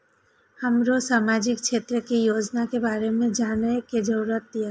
हमरा सामाजिक क्षेत्र के योजना के बारे में जानय के जरुरत ये?